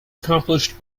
accomplished